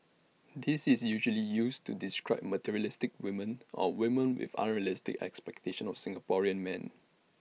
this is usually used to describe materialistic women or women with unrealistic expectations of Singaporean men